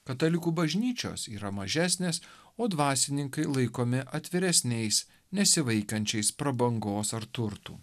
katalikų bažnyčios yra mažesnės o dvasininkai laikomi atviresniais nesivaikančiais prabangos ar turtų